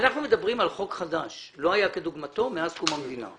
אנחנו מדברים על חוק חדש שלא היה כדוגמתו מאז קום המדינה.